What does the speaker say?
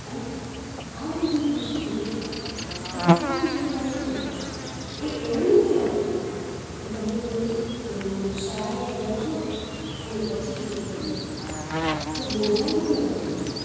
અને આ બધી વસ્તુમાં શીખવાનું જે મળે છે એ એવું નથી લાગતું કે તમે કોઈ શાળાએ ગયા છો અને પછી શીખવ્યું છે જે બોજારૂપ નથી લાગતું